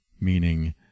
meaning